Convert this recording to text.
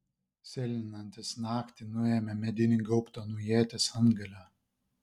sėlinantis naktį nuėmė medinį gaubtą nuo ieties antgalio